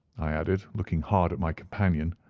i added, looking hard at my companion,